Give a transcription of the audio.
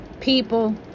people